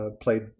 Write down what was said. played